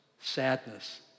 sadness